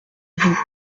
vous